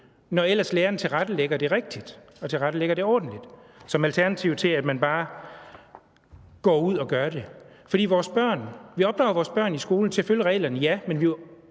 når ellers læreren tilrettelægger det rigtigt og tilrettelægger det ordentligt som alternativ til, at de bare går ud og gør det. Vi opdrager vores børn i skolen til at følge reglerne, ja. Men vi